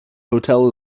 hotel